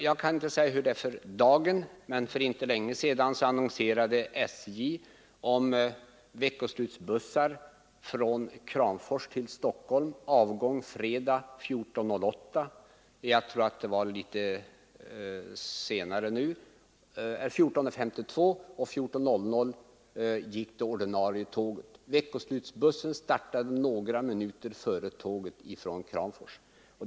Jag kan inte säga hur det är för dagen, men för inte så länge sedan annonserade SJ om veckoslutsbussar från Kramfors till Stockholm med avgång några minuter före det ordinarie tågets avgång.